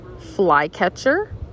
flycatcher